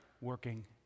working